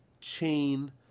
chain